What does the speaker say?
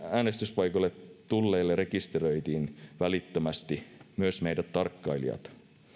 äänestyspaikoille tulleet rekisteröitiin välittömästi myös meidät tarkkailijat